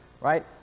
right